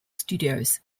studios